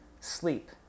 Sleep